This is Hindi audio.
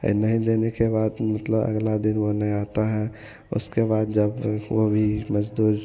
ए नहीं देने के बाद मतलब अगला दिन वह नहीं आता है उसके बाद जब तक वह भी मज़दूर